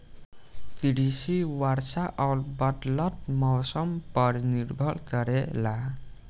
कृषि वर्षा और बदलत मौसम पर निर्भर करेला